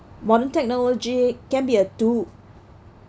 modern technology can be a two